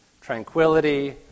tranquility